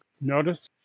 notice